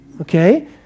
Okay